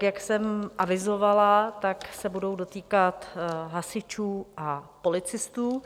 Jak jsem avizovala, tak se budou dotýkat hasičů a policistů.